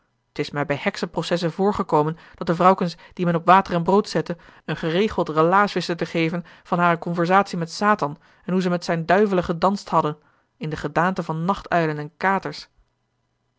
t is mij bij heksenprocessen voorgekomen dat de vrouwkens die men op water en brood zette een geregeld relaas wisten te geven van hare conversatie met satan en hoe ze met zijne duivelen gedanst hadden in de gedaanten van nachtuilen en katers